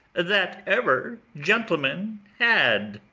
that ever gentleman had!